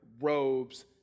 robes